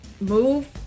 move